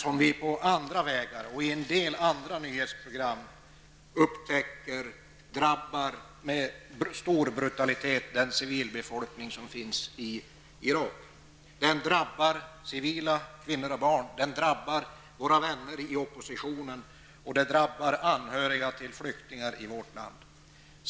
Och på andra vägar -- det framgår av en del andra nyhetsprogram -- upptäcker vi att dessa operationer med stor brutalitet drabbar civilbefolkningen i Irak. Det gäller kvinnor och barn. Det gäller våra vänner i oppositionen. Det gäller anhöriga till flyktingar som finns i vårt land.